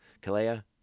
Kalea